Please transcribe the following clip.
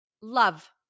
love